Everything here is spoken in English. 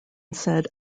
said